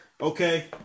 Okay